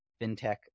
fintech